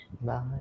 Bye